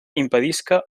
impedisca